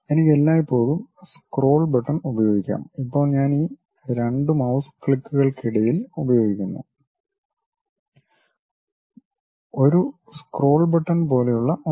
എനിക്ക് എല്ലായ്പ്പോഴും scroll button ഉപയോഗിക്കാം ഇപ്പോൾ ഞാൻ ഈ 2 മൌസ് ക്ലിക്കുകൾക്കിടയിൽ ഉപയോഗിക്കുന്നു ഒരു സ്ക്രോൾ ബട്ടൺ പോലെയുള്ള ഒന്ന്